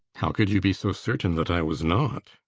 how could you be so certain that i was not?